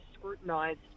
scrutinised